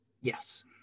yes